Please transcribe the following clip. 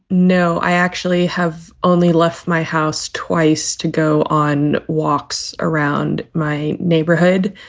no, i actually have only left my house twice to go on walks around my neighborhood.